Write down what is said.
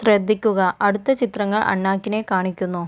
ശ്രദ്ധിക്കുക അടുത്ത ചിത്രങ്ങൾ അണ്ണാക്കിനെ കാണിക്കുന്നു